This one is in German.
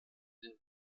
den